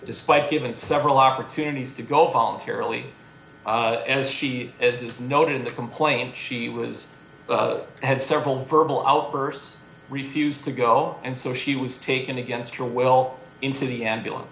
despite given several opportunities to go voluntarily as she is noted in the complaint she was had several verbal outbursts refused to go and so she was taken against her well into the ambulance